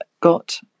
got